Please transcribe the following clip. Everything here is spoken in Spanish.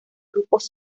grupos